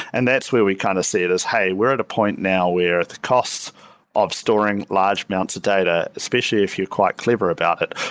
and that's where we kind of see it as, hey, we're at a point now where costs of storing large amounts of data, especially if you're quite clever about it,